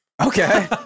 Okay